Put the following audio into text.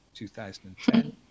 2010